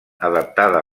adaptada